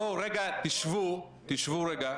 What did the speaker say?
ממשלת הג'ובים או ממשלה ששמה על הציבור.